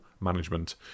Management